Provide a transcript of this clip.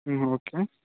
okay